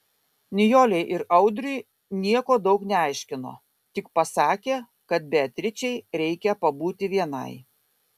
nijolei ir audriui nieko daug neaiškino tik pasakė kad beatričei reikia pabūti vienai